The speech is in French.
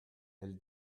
elle